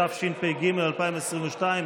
התשפ"ג 2022,